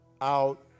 out